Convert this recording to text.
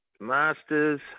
Masters